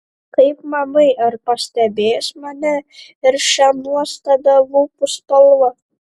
kaip manai ar pastebės mane ir šią nuostabią lūpų spalvą